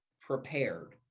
prepared